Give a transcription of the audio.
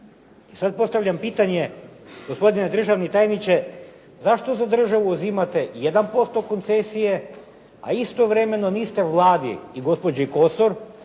Sada postavljam pitanje gospodine državni tajniče zašto za državu uzimate 1% koncesije, a istovremeno niste Vladi i gospođi Kosor